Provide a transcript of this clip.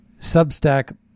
Substack